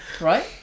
Right